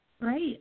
Right